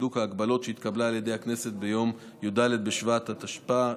הידוק ההגבלות שהתקבלה על ידי הכנסת ביום י"ד בשבט התשפ"א,